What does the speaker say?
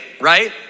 right